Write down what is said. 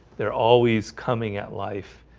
they're always coming at life